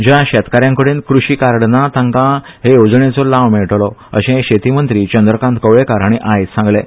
ज्या शेतकारांकडेन कृशी कार्ड ना तांका हे येवजणेचो लाव मेळटलो़ अशें शेती मंत्री चंद्रकांत कवळेकार हांणी आयज सांगलें